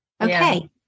okay